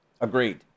agreed